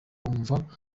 wumva